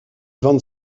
vingt